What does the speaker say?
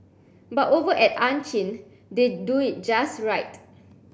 but over at Ann Chin they do it just right